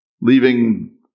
leaving